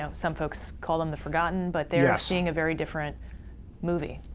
ah some folks call them the forgotten, but they're seeing a very different movie.